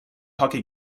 hockey